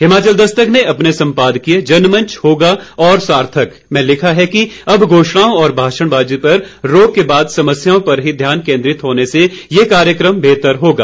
हिमाचल दस्तक ने अपने संपादकीय जनमंच होगा और सार्थक में लिखा है कि अब घोषणाओं और भाषणबाजी पर रोक के बाद समस्याओं पर ही ध्यान केन्द्रित होने से यह कार्यक्रम बेहतर होगा